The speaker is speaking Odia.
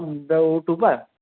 ଆଉ ଯୋଉ ଓ ଟୁ ପା